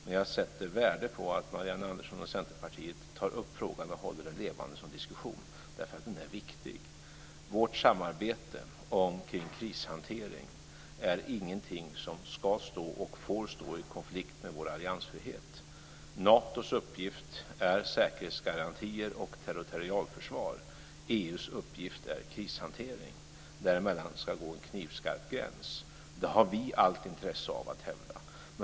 Men jag sätter värde på att Marianne Andersson och Centerpartiet tar upp frågan och håller den levande som diskussion därför den är viktig. Vårt samarbete omkring krishanteringen är ingenting som ska stå eller får stå i konflikt med vår alliansfrihet. Natos uppgift är säkerhetsgarantier och territorialförsvar. EU:s uppgift är krishantering. Däremellan ska det gå en knivskarp gräns. Det har vi allt intresse att hävda.